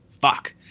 fuck